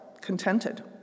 contented